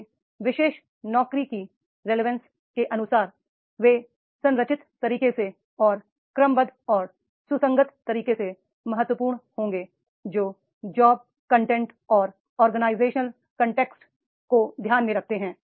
इसलिए विशेष नौकरी की रेलीवेंस के अनुसार वे संरचित तरीके से और क्रमबद्ध और सुसंगत तरीके से महत्वपूर्ण होंगे जो जॉब कॉन्टेंट और ऑर्गेनाइजेशनल कनटेक्स्ट को ध्यान में रखते हैं